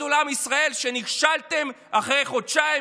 תגידו לעם ישראל שנכשלתם אחרי חודשיים